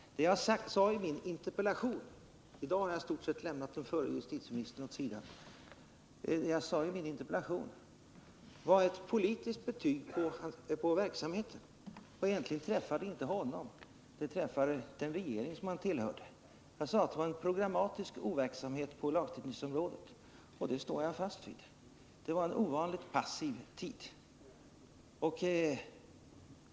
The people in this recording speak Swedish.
Det jag sade om den förre justitieministern i min interpellation — i dag har jag i stort sett lämnat honom åt sidan — var ett politiskt betyg på verksamheten, och egentligen träffar det inte honom utan den regering som han tillhörde. Jag sade att det var en programmatisk overksamhet på lagstiftningsområdet, och det står jag fast vid. Det var en ovanligt passiv och initiativlös tid.